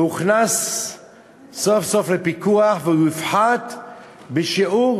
וזה הוכנס סוף-סוף לפיקוח ויופחת בשיעור